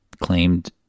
claimed